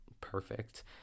perfect